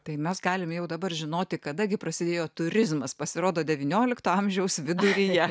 tai mes galim jau dabar žinoti kada gi prasidėjo turizmas pasirodo devyniolikto amžiaus viduryje